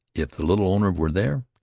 if the little owner were there,